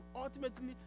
ultimately